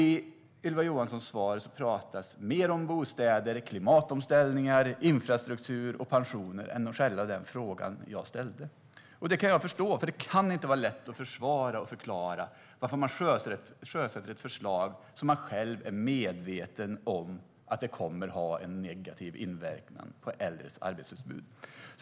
I Ylva Johanssons svar talar hon mer om mer om bostäder, klimatomställningar, infrastruktur och pensioner än om själva den fråga jag ställde. Det kan jag förstå. Det kan inte vara lätt att försvara och förklara varför man sjösätter ett förslag som man själv är medveten om kommer att ha en negativ påverkan på äldres arbetsutbud.